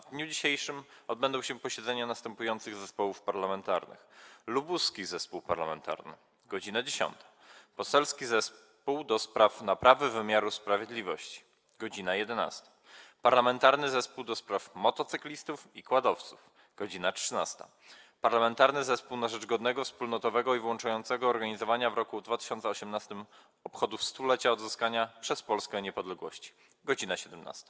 W dniu dzisiejszym odbędą się posiedzenia następujących zespołów parlamentarnych: - Lubuskiego Zespołu Parlamentarnego - godz. 10, - Poselskiego Zespołu do spraw Naprawy Wymiaru Sprawiedliwości - godz. 11, - Parlamentarnego Zespołu ds. Motocyklistów i Quadowców - godz. 13, - Parlamentarnego Zespołu na rzecz Godnego, Wspólnotowego i Włączającego Organizowania w roku 2018 Obchodów 100-lecia Odzyskania przez Polskę Niepodległości - godz. 17.